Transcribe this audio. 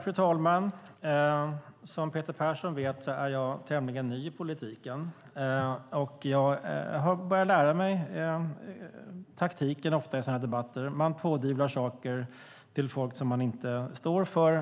Fru talman! Som Peter Persson vet är jag tämligen ny i politiken. Jag har börjat lära mig taktiken i dessa debatter. Man pådyvlar folk saker som man inte står för.